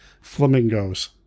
flamingos